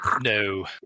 No